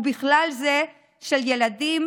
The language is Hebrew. ובכלל זה של ילדים,